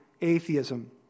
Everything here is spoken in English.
atheism